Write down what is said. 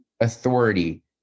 authority